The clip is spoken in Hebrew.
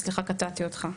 סליחה, קטעתי אותך.